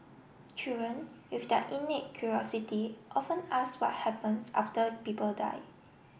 children with their innate curiosity often ask what happens after people die